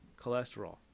cholesterol